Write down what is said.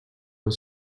was